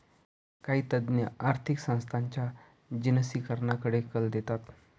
काही तज्ञ आर्थिक संस्थांच्या जिनसीकरणाकडे कल देतात